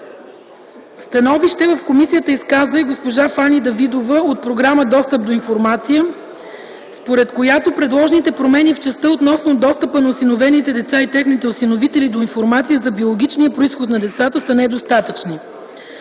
Становище изказа и госпожа Фани Давидова от програма „Достъп до информация”, според която предложените промени в частта, относно достъпа на осиновените деца и техните осиновители до информация за биологичния произход на децата са недостатъчни.